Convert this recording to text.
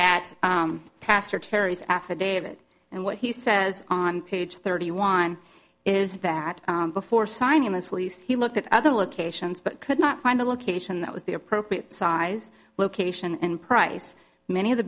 at pastor terry's affidavit and what he says on page thirty one is that before signing this lease he looked at other locations but could not find a location that was the appropriate size location and price many of the